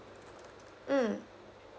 mm